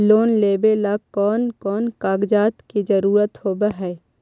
Loan लेबे ला कौन कौन कागजात के जरुरत होबे है?